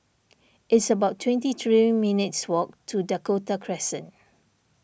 it's about twenty three minutes' walk to Dakota Crescent